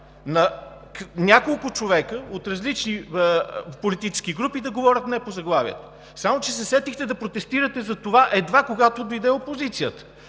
на няколко човека от различни политически групи да говорят не по заглавието. Само че се сетихте да протестирате за това едва когато дойде опозицията.